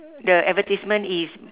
the advertisement is